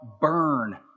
burn